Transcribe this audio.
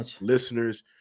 listeners